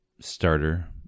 starter